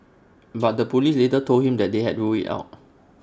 but the Police later told him they had ruled IT out